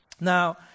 Now